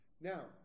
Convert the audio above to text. Now